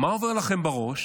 מה עובר לכם בראש